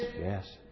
Yes